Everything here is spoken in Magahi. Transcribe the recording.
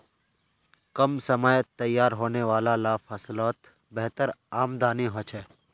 कम समयत तैयार होने वाला ला फस्लोत बेहतर आमदानी होछे